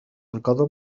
القدم